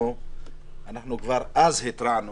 כבר אז התרענו